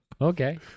Okay